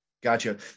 Gotcha